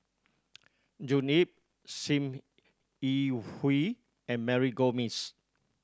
June Yap Sim Yi Hui and Mary Gomes